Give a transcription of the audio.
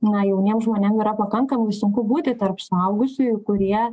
na jauniem žmonėm yra pakankamai sunku būti tarp suaugusiųjų kurie